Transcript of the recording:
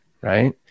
right